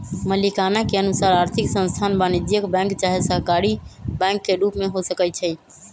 मलिकाना के अनुसार आर्थिक संस्थान वाणिज्यिक बैंक चाहे सहकारी बैंक के रूप में हो सकइ छै